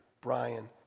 Brian